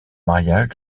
mariage